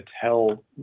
tell